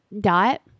dot